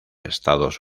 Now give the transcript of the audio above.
estados